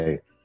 Okay